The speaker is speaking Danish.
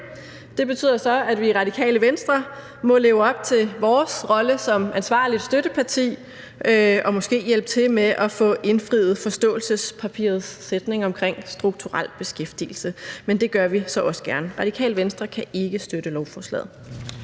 Det betyder så, at vi i Radikale Venstre må leve op til vores rolle som ansvarligt støtteparti og måske hjælpe til med at få indfriet forståelsespapirets sætning omkring strukturel beskæftigelse. Men det gør vi så også gerne. Radikale Venstre kan ikke støtte lovforslaget.